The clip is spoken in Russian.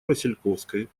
васильковской